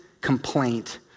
complaint